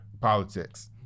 politics